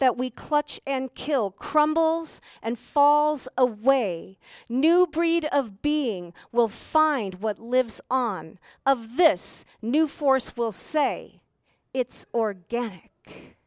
that we clutch and kill crumbles and falls away a new breed of being will find what lives on of this new force will say it's organic